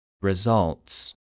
Results